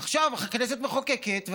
עכשיו הכנסת מחוקקת,